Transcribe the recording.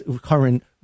current